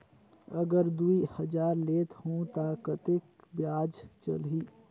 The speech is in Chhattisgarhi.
अगर दुई हजार लेत हो ता कतेक ब्याज चलही?